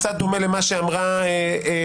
קצת דומה למה שאמרה טלי,